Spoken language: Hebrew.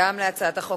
חוק